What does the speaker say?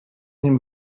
him